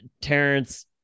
Terrence